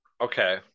Okay